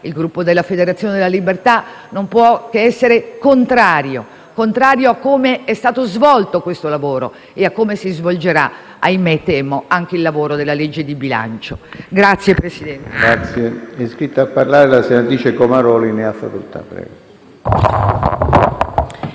il Gruppo della Federazione della Libertà non può che essere contrario, contrario a come è stato svolto questo lavoro e a come si svolgerà - ahimè, temo - anche il lavoro della legge di bilancio. *(Applausi della